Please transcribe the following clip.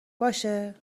باشه